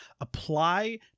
apply